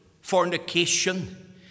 fornication